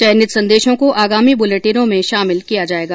चयनित संदेशों को आगामी बुलेटिनों में शामिल किया जाएगा